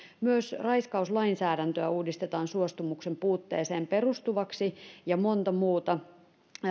myös raiskauslainsäädäntöä uudistetaan suostumuksen puutteeseen perustuvaksi ja monta muuta